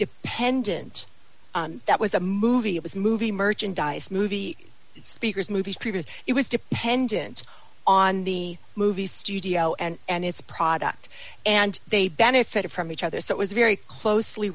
dependent on that was a movie it was movie merchandise movie speakers movies people it was dependent on the movie studio and its product and they benefitted from each other so it was very closely